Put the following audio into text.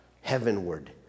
heavenward